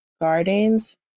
Gardens